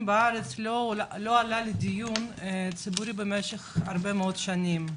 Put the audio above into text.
בארץ לא עלה לדיון ציבורי במשך הרבה שנים.